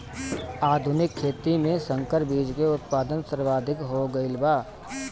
आधुनिक खेती में संकर बीज के उत्पादन सर्वाधिक हो गईल बा